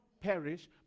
perish